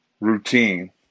routine